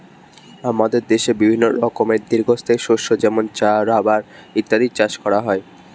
আমাদের দেশে বিভিন্ন রকমের দীর্ঘস্থায়ী শস্য যেমন চা, রাবার ইত্যাদির চাষ হয়